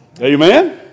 Amen